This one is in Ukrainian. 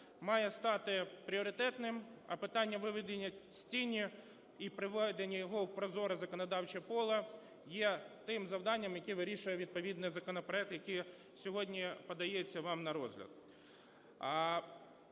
має стати пріоритетним. А питання виведення з тіні і приведення його у прозоре законодавче поле є тим завданням, яке вирішує відповідний законопроект, який сьогодні подається вам на розгляд.